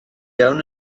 iawn